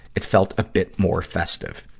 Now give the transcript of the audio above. it felt a bit more festive.